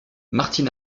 martin